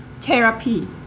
therapy